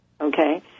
okay